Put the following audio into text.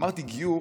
אמרתי: גיור,